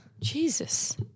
Jesus